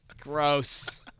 Gross